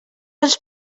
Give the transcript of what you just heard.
els